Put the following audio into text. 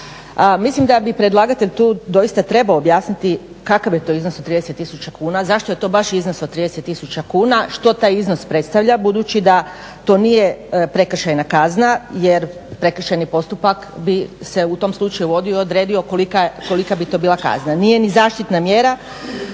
Mislim da bi predlagatelj tu doista trebao objasniti kakav je to iznos od 30 tisuća kuna, zašto je to baš iznos od 30 tisuća kuna, što taj iznos predstavlja, budući da to nije prekršajna kazna, jer prekršajni postupak bi se u tom slučaju vodio i odredio kolika bi to bila kazna. Nije ni zaštitna mjera